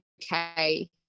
okay